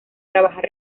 trabajar